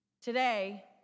Today